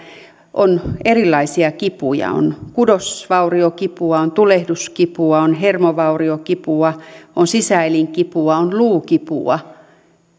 on erilaisia kipuja on kudosvauriokipua on tulehduskipua on hermovauriokipua on sisäelinkipua on luukipua